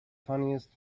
funniest